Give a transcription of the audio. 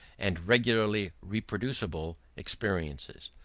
and regularly reproducible, experiences.